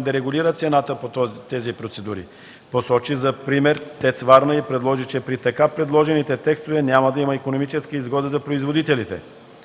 да регулира цената по тези процедури. Посочи за пример ТЕЦ Варна и предположи, че при така предложените текстове няма да има икономическа изгода за производителите.